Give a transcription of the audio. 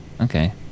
Okay